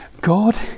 God